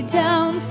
down